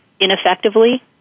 ineffectively